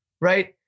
right